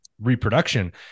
reproduction